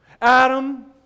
Adam